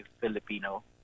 Filipino